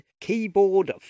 keyboard